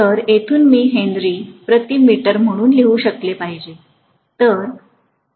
तर येथून मी हेनरी प्रति मीटर म्हणून लिहू शकले पाहिजे